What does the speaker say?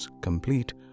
complete